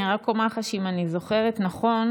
אני רק אומר לך שאם אני זוכרת נכון,